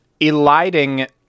eliding